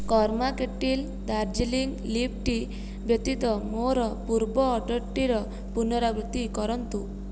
କର୍ମା Kettle Darjeeling leaf tea ବ୍ୟତୀତ ମୋର ପୂର୍ବ ଅର୍ଡ଼ରଟିର ପୁନରାବୃତ୍ତି କରନ୍ତୁ